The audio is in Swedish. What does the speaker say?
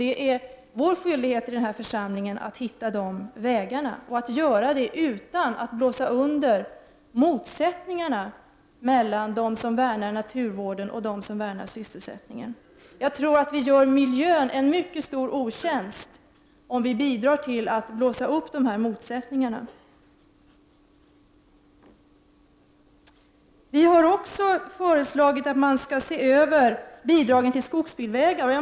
Det är vår skyldighet i denna församling att hitta sådana vägar och att göra det utan att blåsa under motsättningarna mellan dem som värnar om naturvården och dem som värnar om sysselsättningen. Jag tror att vi gör miljön en mycket stor otjänst, om vi bidrar till att blåsa upp dessa motsättningar. Vi har också föreslagit att man skall se över bidragen till skogsbilvägar.